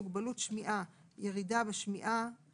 "מוגבלות שמיעה" - ירידה בשמיעה,